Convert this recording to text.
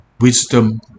wisdom